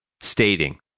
stating